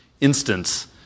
instance